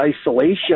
isolation